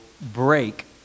break